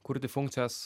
kurti funkcijas